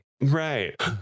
right